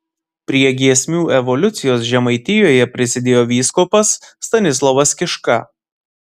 prie giesmių evoliucijos žemaitijoje prisidėjo vyskupas stanislovas kiška